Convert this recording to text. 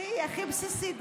הכי בסיסית,